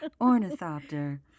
Ornithopter